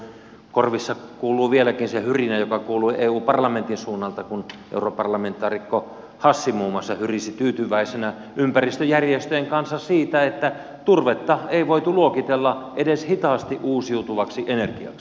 korvissa kuuluu vieläkin se hyrinä joka kuului eu parlamentin suunnalta kun muun muassa europarlamentaarikko hassi hyrisi tyytyväisenä ympäristöjärjestöjen kanssa siitä että turvetta ei voitu luokitella edes hitaasti uusiutuvaksi energiaksi